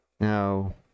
No